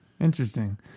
Interesting